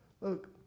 Look